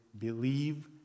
believe